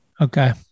Okay